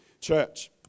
church